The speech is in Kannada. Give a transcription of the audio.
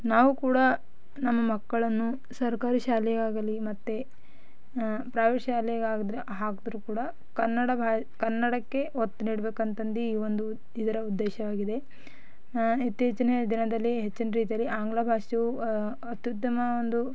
ನಾವು ಕೂಡ ನಮ್ಮ ಮಕ್ಕಳನ್ನು ಸರ್ಕಾರಿ ಶಾಲೆಗಾಗಲಿ ಮತ್ತು ಪ್ರೈವೇಟ್ ಶಾಲೆಗೆ ಹಾಗ್ದ್ರೆ ಹಾಕಿದ್ರೂ ಕೂಡ ಕನ್ನಡ ಬಾ ಕನ್ನಡಕ್ಕೆ ಒತ್ತು ನೀಡಬೇಕಂತಂದು ಈ ಒಂದು ಇದರ ಉದ್ದೇಶವಾಗಿದೆ ಇತ್ತೀಚಿನ ದಿನದಲ್ಲಿ ಹೆಚ್ಚಿನ ರೀತಿಯಲ್ಲಿ ಆಂಗ್ಲ ಭಾಷೆಯು ಅತ್ಯುತ್ತಮ ಒಂದು